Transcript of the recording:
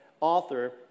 author